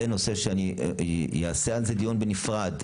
זה נושא שאני רוצה אעשה עליו דיון בנפרד,